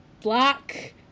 black